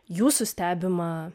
jūsų stebimą